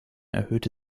erhöhte